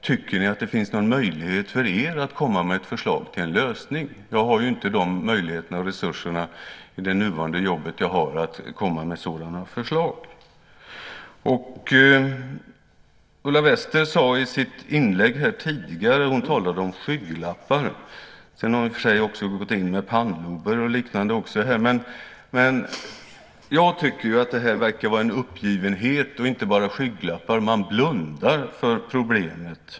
Tycker ni att det finns någon möjlighet för er att komma med ett förslag till en lösning? Jag har inte möjligheter och resurser i mitt nuvarande jobb att komma med sådana förslag. Ulla Wester talade i sitt inlägg här tidigare om skygglappar. Sedan har hon i och för sig talat om pannlober och liknande. Men jag tycker att här verkar det vara en uppgivenhet och inte bara skygglappar; man blundar för problemet.